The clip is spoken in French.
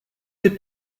des